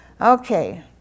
Okay